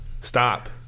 Stop